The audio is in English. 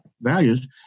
values